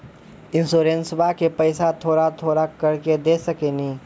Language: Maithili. इंश्योरेंसबा के पैसा थोड़ा थोड़ा करके दे सकेनी?